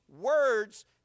words